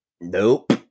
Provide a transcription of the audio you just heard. Nope